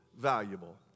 valuable